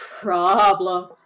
problem